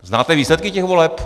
Znáte výsledky těch voleb?